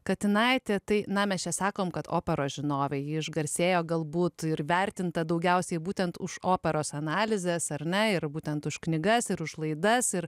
katinaitė tai na mes čia sakom kad operos žinovė ji išgarsėjo galbūt ir vertinta daugiausiai būtent už operos analizes ar ne ir būtent už knygas ir už laidas ir